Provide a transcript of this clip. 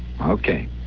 Okay